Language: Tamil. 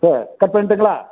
சரி கட் பண்ணட்டுங்களா